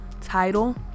title